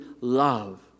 love